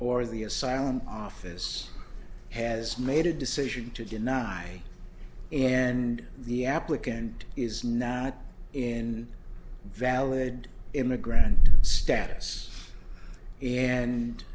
or the asylum office has made a decision to deny and the applicant is not in valid immigrant status and